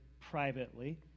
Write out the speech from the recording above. privately